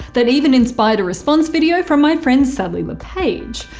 that even inspired a response video from my friend sally le page.